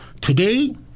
Today